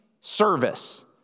service